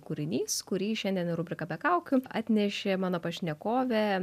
kūrinys kurį šiandien į rubriką be kaukių atnešė mano pašnekovė